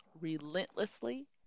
relentlessly